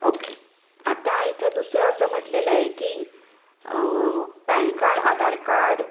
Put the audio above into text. okay आता इथं दुसरं असं म्हटलेलं आहे की पॅन कार्ड आधार कार्ड